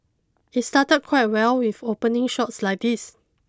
it started quite well with opening shots like these